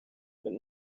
but